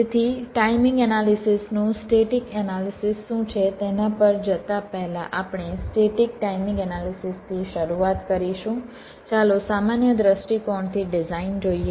તેથી timing analysis નું static analysis શું છે તેના પર જતાં પહેલાં આપણે સ્ટેટિક ટાઇમિંગ એનાલિસિસથી શરૂઆત કરીશું ચાલો સામાન્ય દ્રષ્ટિકોણથી ડિઝાઇન જોઈએ